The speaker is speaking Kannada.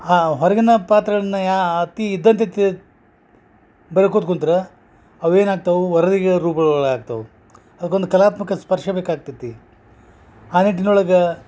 ಆ ಹೊರಗಿನ ಪಾತ್ರಗಳನ್ನ ಯಾ ಅತಿ ಇದ್ದಂತೆ ತಿ ಬರ್ಕೋತ ಕುಂತ್ರ ಅವೇನು ಆಗ್ತಾವು ವರದಿಗಳ ರೂಪಗಳ ಆಗ್ತವು ಅದಕ್ಕೊಂದು ಕಲಾತ್ಮಕ ಸ್ಪರ್ಶ ಬೇಕಾಗ್ತತಿ ಆ ನಿಟ್ಟಿನೊಳಗೆ